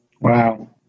Wow